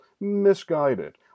misguided